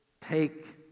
take